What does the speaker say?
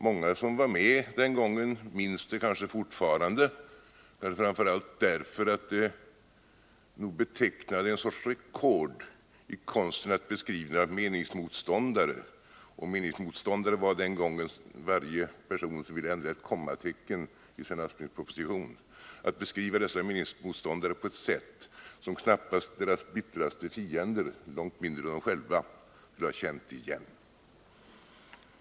Många som var med den gången minns det kanske fortfarande, framför allt därför att det nog betecknade en sorts rekord i konsten att beskriva meningsmotståndare — och meningsmotståndare var den gången varje person som ville ändra ett kommatecken i Sven Asplings proposition — på ett sätt som knappast deras bittraste fiender, långt mindre de själva, skulle ha känt igen.